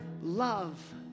love